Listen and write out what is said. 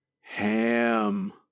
ham